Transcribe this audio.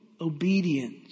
obedience